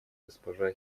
госпожа